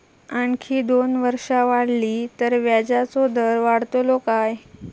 आणखी दोन वर्षा वाढली तर व्याजाचो दर वाढतलो काय?